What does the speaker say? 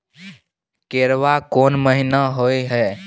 केराव कोन महीना होय हय?